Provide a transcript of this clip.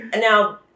now